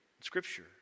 Scripture